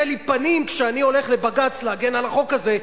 יהיה לי פנים כשאני הולך לבג"ץ להגן על החוק הזה,